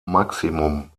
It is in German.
maximum